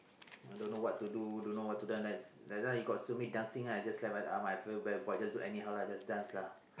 I don't know what to do don't know what to dance that that time you got see me dancing right I just lift my arms uh I feel very bored just do anyhow lah just dance lah